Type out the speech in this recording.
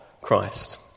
Christ